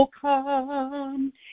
come